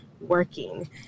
working